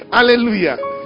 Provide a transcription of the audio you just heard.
Hallelujah